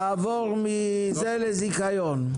נעבור מזה לזיכיון.